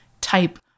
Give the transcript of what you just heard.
type